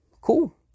Cool